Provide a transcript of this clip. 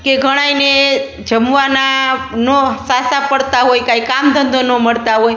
કે ઘણાયને જમવાના નો સાંસા પડતા હોય કાંઈ કામ ધંધો નો મળતા હોય